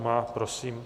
Má, prosím.